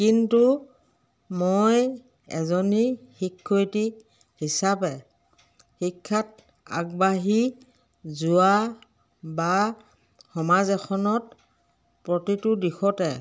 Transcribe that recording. কিন্তু মই এজনী শিক্ষয়িত্ৰী হিচাপে শিক্ষাত আগবাঢ়ি যোৱা বা সমাজ এখনত প্ৰতিটো দিশতে